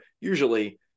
usually